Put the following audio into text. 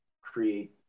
create